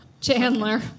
Chandler